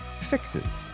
fixes